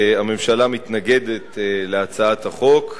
הממשלה מתנגדת להצעת החוק.